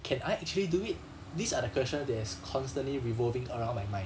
can I actually do it these are the questions that is constantly revolving around my mind